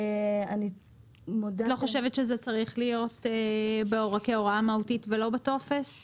את לא חושבת שזה צריך להיות כהוראה מהותית ולא בטופס?